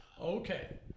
okay